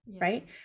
right